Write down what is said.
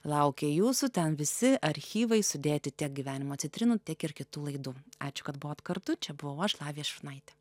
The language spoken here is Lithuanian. laukia jūsų ten visi archyvai sudėti tiek gyvenimo citrinų tiek ir kitų laidų ačiū kad buvot kartu čia buvau aš lavija šurnaitė